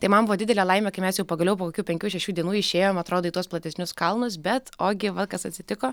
tai man buvo didelė laimė kai mes jau pagaliau po kokių penkių šešių dienų išėjom atrodo į tuos platesnius kalnus bet ogi va kas atsitiko